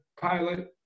pilot